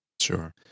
Sure